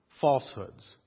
falsehoods